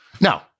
Now